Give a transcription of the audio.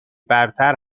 برتر